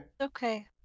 Okay